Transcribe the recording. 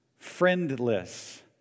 Friendless